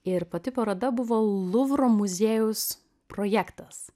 ir pati paroda buvo luvro muziejaus projektas